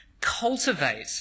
cultivate